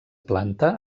planta